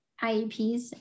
IEPs